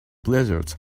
blizzard